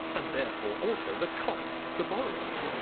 and therefore also the costs to borrowers.